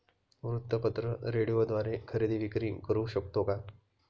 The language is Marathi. वृत्तपत्र, रेडिओद्वारे खरेदी विक्री करु शकतो का?